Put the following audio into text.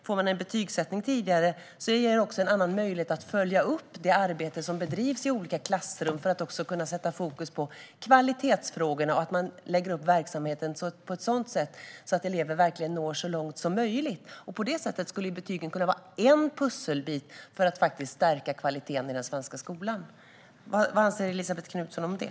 Om betygsättning sker tidigare ger det också en annan möjlighet att följa upp det arbete som bedrivs i olika klassrum för att kunna sätta fokus på kvalitetsfrågorna så att man kan lägga upp verksamheten på ett sådant sätt att elever verkligen når så långt som möjligt. På detta sätt skulle alltså betygen kunna vara en av pusselbitarna för att faktiskt stärka kvaliteten i den svenska skolan. Vad anser Elisabet Knutsson om det?